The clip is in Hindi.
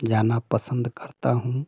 जाना पसंद करता हूँ